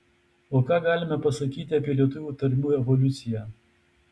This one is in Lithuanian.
o ką galime pasakyti apie lietuvių tarmių evoliuciją